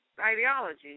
ideology